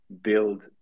build